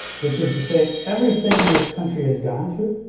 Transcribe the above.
which is to say everything this country has gone through,